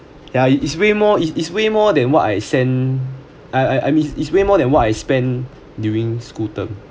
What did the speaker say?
yeah it's way more it's it's way more than what I send I I I mean is way more than what I spend during school term